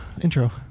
intro